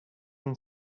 and